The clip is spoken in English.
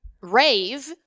rave